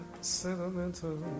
sentimental